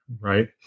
right